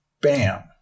bam